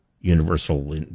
universal